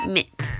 Mitt